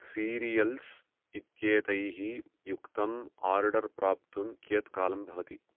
cereals इत्येतैः युक्तम् order प्राप्तुं कियत् कालं भवति